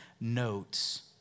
notes